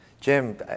Jim